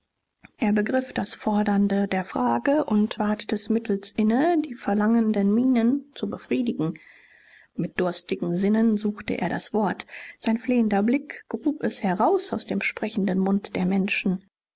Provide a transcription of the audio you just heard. er begriff das fordernde der frage und ward des mittels inne die verlangenden mienen zu befriedigen mit durstigen sinnen suchte er das wort sein flehentlicher blick grub es heraus aus dem sprechenden mund der menschen